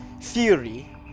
theory